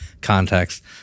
context